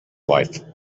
life